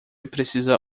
precisa